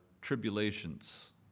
tribulations